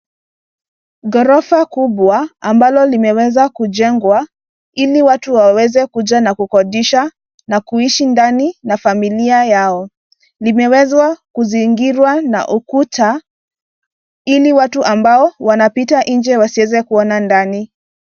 Ghorofa kubwa ambalo limeweza kujengwa ili watu wawezekuja na kukodisha na kuishi ndani na familia yao. Limeweza kuzingirwa na ukuta ili watu ambao wanapita nje wasizewe kuona ndani.